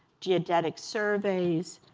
geodetic surveys,